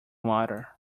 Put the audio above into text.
water